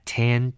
ten